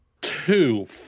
Two